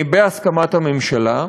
בהסכמת הממשלה,